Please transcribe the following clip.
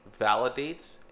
validates